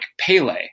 Pele